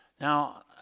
Now